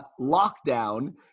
lockdown